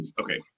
Okay